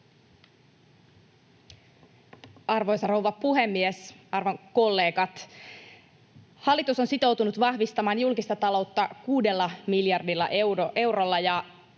Arvoisa rouva puhemies! Arvon kollegat! Hallitus on sitoutunut vahvistamaan julkista taloutta kuudella miljardilla eurolla,